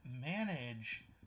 manage